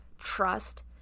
trust